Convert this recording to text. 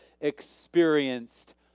experienced